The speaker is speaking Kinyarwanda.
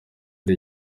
ari